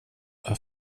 vad